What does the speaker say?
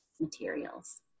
materials